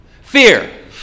Fear